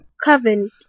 Coven